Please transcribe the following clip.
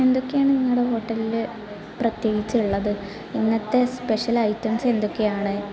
എന്തൊക്കെയാണ് നിങ്ങളുടെ ഹോട്ടലിൽ പ്രത്യേകിച്ച് ഉള്ളത് ഇന്നത്തെ സ്പെഷ്യൽ ഐറ്റംസ് എന്തൊക്കെയാണ്